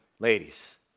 Ladies